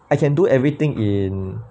I can do everything in